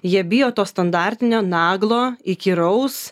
jie bijo to standartinio naglo įkyraus